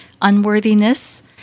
unworthiness